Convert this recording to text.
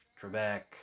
Trebek